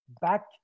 back